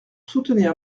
soutenir